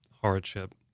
hardship